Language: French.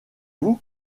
vous